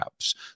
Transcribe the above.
apps